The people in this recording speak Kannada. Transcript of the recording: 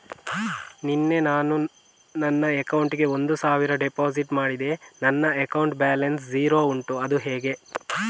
ನಿನ್ನೆ ನಾನು ನನ್ನ ಅಕೌಂಟಿಗೆ ಒಂದು ಸಾವಿರ ಡೆಪೋಸಿಟ್ ಮಾಡಿದೆ ನನ್ನ ಅಕೌಂಟ್ ಬ್ಯಾಲೆನ್ಸ್ ಝೀರೋ ಉಂಟು ಅದು ಹೇಗೆ?